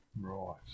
Right